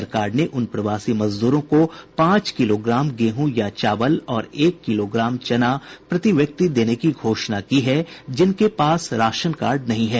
सरकार ने उन प्रवासी मजदूरों को पांच किलोग्राम गेंह या चावल और एक किलोग्राम चना प्रति व्यक्ति देने की घोषणा की जिनके पास राशन कार्ड नहीं है